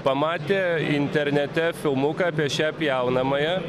pamatė internete filmuką apie šią pjaunamąją